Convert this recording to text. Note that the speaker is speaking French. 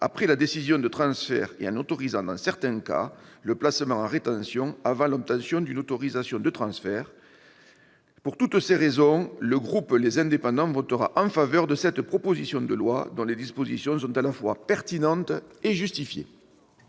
après la décision de transfert, et en autorisant dans certains cas le placement en rétention avant l'obtention d'une autorisation de transfert. Pour toutes ces raisons, le groupe Les Indépendants-République et Territoires votera en faveur de cette proposition de loi, dont les dispositions sont à la fois pertinentes et justifiées.